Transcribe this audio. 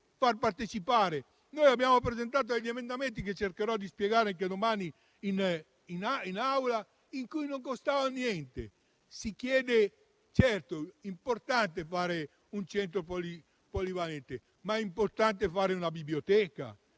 Abbiamo presentato emendamenti, che cercherò di spiegare anche domani in Aula, che non costano niente. Certo, è importante fare un centro polivalente, ma anche fare una biblioteca